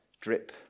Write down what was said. drip